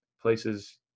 places